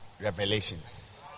revelations